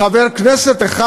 חבר כנסת אחד,